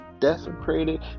desecrated